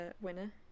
winner